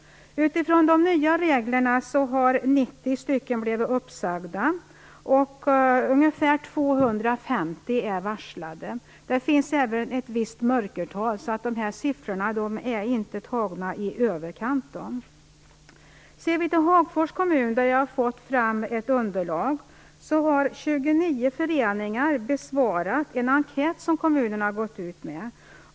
På grund av de nya reglerna har 90 stycken blivit uppsagda och ungefär 250 är varslade. Det finns också ett visst mörkertal, så siffrorna är inte tilltagna i överkant. Ser vi till Hagfors kommun, som jag har fått fram ett underlag för, har 29 föreningar besvarat en enkät som kommunen har gått ut med.